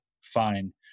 fine